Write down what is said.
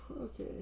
Okay